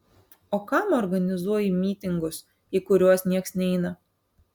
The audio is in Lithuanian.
o kam organizuoji mytingus į kuriuos nieks neina